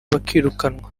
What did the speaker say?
bakirukanwa